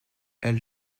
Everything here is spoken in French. elle